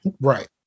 Right